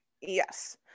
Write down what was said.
Yes